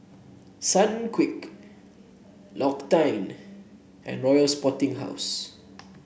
Sunquick L'Occitane and Royal Sporting House